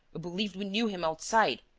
we believed we knew him outside.